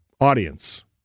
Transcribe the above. audience